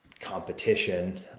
competition